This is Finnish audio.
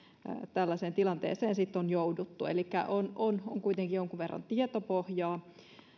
tällaiseen tilanteeseen on jouduttu elikkä on on kuitenkin jonkun verran tietopohjaa